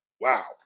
Wow